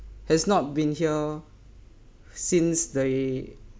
has not been here since they